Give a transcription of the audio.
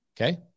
Okay